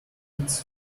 kids